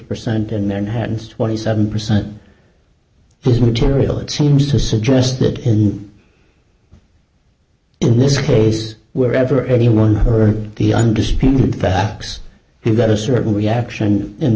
percent in manhattan's twenty seven percent his material it seems to suggest that in this case wherever anyone heard the undisputed facts he got a certain reaction in